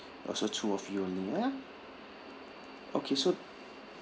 oh so two of you only ah okay so